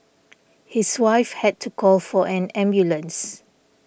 his wife had to call for an ambulance